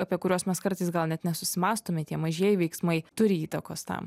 apie kuriuos mes kartais gal net nesusimąstome tie mažieji veiksmai turi įtakos tam